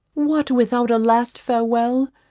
what without a last farewell,